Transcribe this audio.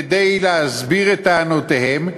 כדי להסביר את טענותיהם,